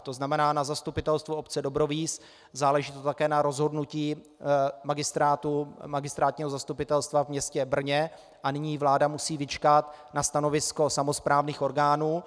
To znamená na zastupitelstvu obce Dobrovíz, záleží to také na rozhodnutí magistrátního zastupitelstva v městě Brně a nyní vláda musí vyčkat na stanovisko samosprávných orgánů.